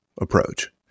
approach